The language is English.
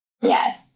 Yes